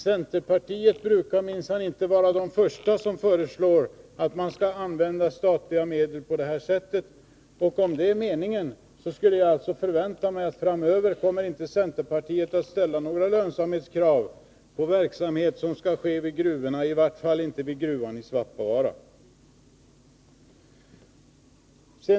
Centerpartiet brukar minsann inte vara det första partiet som föreslår att man skall använda statliga medel på det här sättet. Om det är meningen, skulle jag alltså förvänta mig att centerpartiet framöver inte kommer att ställa några lönsamhetskrav på verksamhet som skall ske vid gruvorna; i vart fall inte vid gruvan i Svappavaara.